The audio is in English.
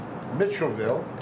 Mitchellville